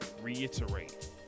reiterate